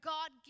God